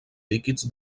líquids